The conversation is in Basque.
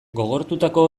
gogortutako